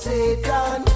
Satan